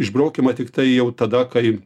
išbraukiama tiktai jau tada kai